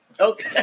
Okay